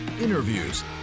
interviews